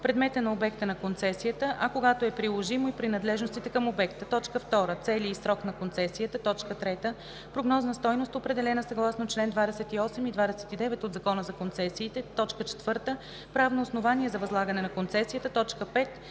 предмет на обекта на концесията, а когато е приложим и принадлежностите към обекта; 2. цели и срок на концесията; 3. прогнозна стойност, определена съгласно чл. 28 и 29 от Закона за концесиите; 4. правно основание за възлагане на концесията; 5.